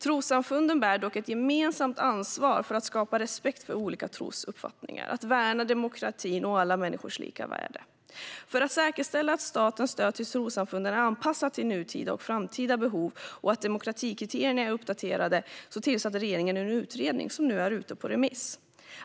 Trossamfunden bär dock ett gemensamt ansvar för att skapa respekt för olika trosuppfattningar och för att värna demokratin och alla människors lika värde. För att säkerställa att statens stöd till trossamfunden är anpassat till nutida och framtida behov och att demokratikriterierna är uppdaterade tillsatte regeringen en utredning, som nu är ute på remiss.